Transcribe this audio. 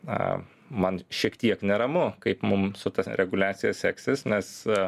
a man šiek tiek neramu kaip mum su ta reguliacija seksis nes a